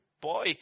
Boy